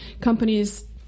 companies